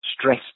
stress